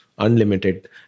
unlimited